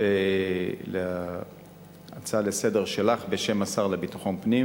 אשיב על ההצעה שלך לסדר-היום בשם השר לביטחון פנים.